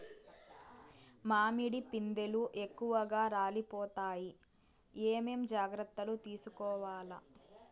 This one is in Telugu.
మామిడి పిందెలు ఎక్కువగా రాలిపోతాయి ఏమేం జాగ్రత్తలు తీసుకోవల్ల?